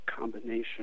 combination